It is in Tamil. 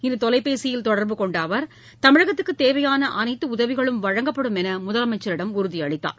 இன்று தொலைபேசியில் தொடர்பு கொண்ட அவர் தமிழகத்துக்குத் தேவையான அனைத்து உதவிகளும் வழங்கப்படும் என்று முதலமைச்சரிடம் உறுதியளித்தார்